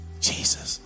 Jesus